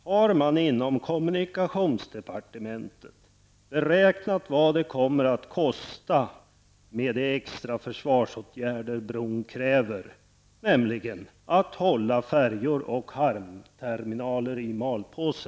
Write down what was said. Har man inom kommunikationsdepartementet beräknat vad det kommer att kosta med de extra försvarsåtgärder bron kräver, nämligen att hålla färjor och hamnterminaler i malpåse?